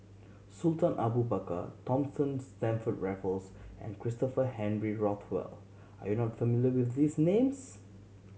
Sultan Abu Bakar Thomas Stamford Raffles and Christopher Henry Rothwell are you not familiar with these names